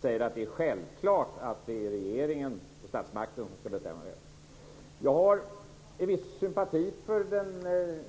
Hon säger nu att det är självklart att det är regeringen och statsmakten som ska bestämma det. Jag har en viss sympati för